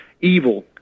evil –